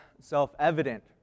self-evident